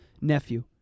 nephew